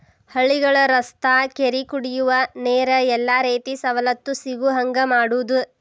ಹಳ್ಳಿಗಳ ರಸ್ತಾ ಕೆರಿ ಕುಡಿಯುವ ನೇರ ಎಲ್ಲಾ ರೇತಿ ಸವಲತ್ತು ಸಿಗುಹಂಗ ಮಾಡುದ